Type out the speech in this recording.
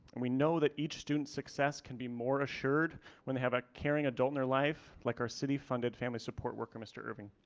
we know that each student success can be more assured when they have a caring adult in their life like our city funded family support worker mr. ervin.